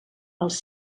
els